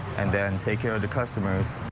and then take care of the customers.